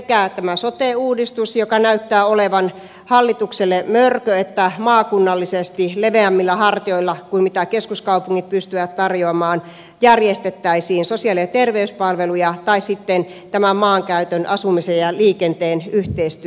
sekä tämä sote uudistus joka näyttää olevan hallitukselle mörkö että se että järjestettäisiin sosiaali ja terveyspalveluja maakunnallisesti leveämmillä hartioilla kuin keskuskaupungit pystyvät tarjoamaan tai sitten tämän maankäytön asumisen ja liikenteen yhteistyö